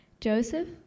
Joseph